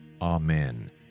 Amen